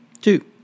Two